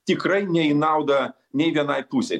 tikrai ne į naudą nei vienai pusei